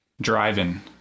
Driving